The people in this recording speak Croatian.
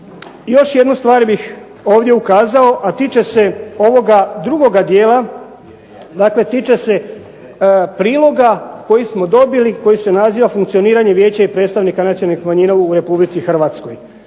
Još jednu stvar bih ovdje ukazao, a tiče se ovoga drugoga dijela, dakle tiče se priloga koji smo dobili, koji se naziva funkcioniranje vijeća i predstavnika nacionalnih manjina u Republici Hrvatskoj.